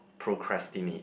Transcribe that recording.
procrastinate